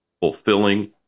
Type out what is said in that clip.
fulfilling